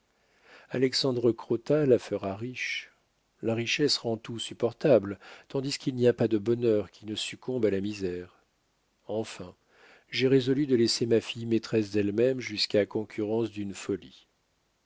alexandre crottat la fera riche la richesse rend tout supportable tandis qu'il n'y a pas de bonheur qui ne succombe à la misère enfin j'ai résolu de laisser ma fille maîtresse d'elle-même jusqu'à concurrence d'une folie